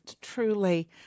truly